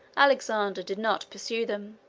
alexander did not pursue them.